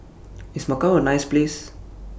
IS Macau A nice Place